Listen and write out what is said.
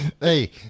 Hey